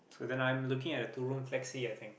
so then I'm looking at a two room flexi I think